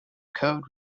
code